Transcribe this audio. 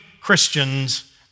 Christians